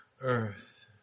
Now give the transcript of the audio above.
earth